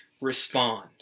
respond